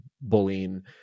bullying